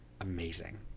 amazing